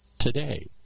Today